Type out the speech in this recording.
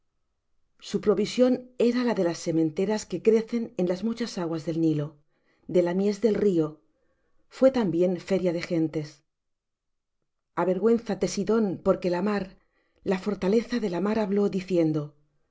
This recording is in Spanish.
su provisión era de las sementeras que crecen con las muchas aguas del nilo de la mies del río fué también feria de gentes avergüénzate sidón porque la mar la fortaleza de la mar habló diciendo